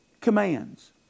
commands